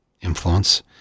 influence